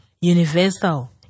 universal